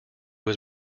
was